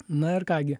na ir ką gi